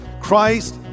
Christ